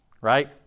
Right